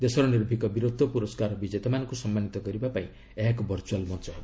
ଦେଶର ନିର୍ଭିକ ବୀରତ୍ୱ ପୁରସ୍କାର ବିଜେତାମାନଙ୍କୁ ସମ୍ମାନିତ କରିବା ପାଇଁ ଏହା ଏକ ଭର୍ଚୁଆଲ୍ ମଞ୍ଚ ହେବ